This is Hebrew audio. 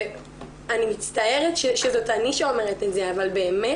אני מצטערת שזאת אני שאומרת את זה, אבל באמת